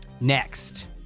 Next